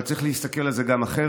אבל צריך להסתכל על זה גם אחרת,